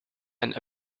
and